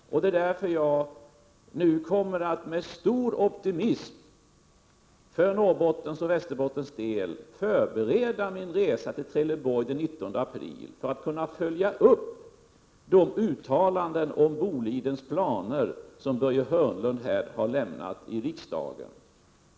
25 mars 1988 Det är därför jag nu med stor optimism när det gäller Norrbotten och Västerbotten kommer att förbereda min resa till Trelleborg den 19 april för att där följa upp de uttalanden om Bolidens planer som Börje Hörnlund här i kammaren har gjort.